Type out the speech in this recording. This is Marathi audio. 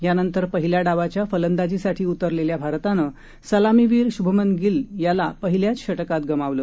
यानंतर पहिल्या डावाच्या फलंदाजीसाठी उतरलेल्या भारतानं सलामीवीर शुभमन गील याला पहिल्याच षटकात गमावलं